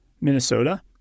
Minnesota